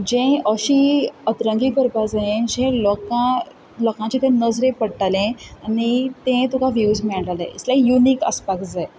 जें अशी अतरंगीय करपाक जायें जें लोकांक लोकांचें जें नजरेक पडटलें आनी ते तुका व्यूज मेळटले युनीक आसपाक जाय